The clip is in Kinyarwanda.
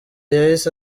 yahise